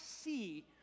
see